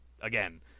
Again